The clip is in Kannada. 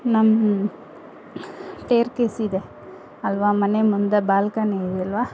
ನನ್ನ ಸ್ಟೇರ್ ಕೇಸ್ ಇದೆ ಅಲ್ವ ಮನೆ ಮುಂದೆ ಬಾಲ್ಕನಿ ಇದೆ ಅಲ್ವ